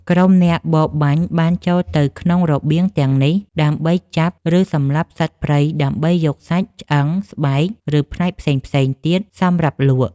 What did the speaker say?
ក្រុមអ្នកបរបាញ់បានចូលទៅក្នុងរបៀងទាំងនេះដើម្បីចាប់ ឬសម្លាប់សត្វព្រៃដើម្បីយកសាច់ ឆ្អឹង ស្បែក ឬផ្នែកផ្សេងៗទៀតសម្រាប់លក់។